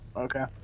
Okay